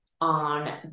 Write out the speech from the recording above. on